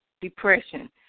depression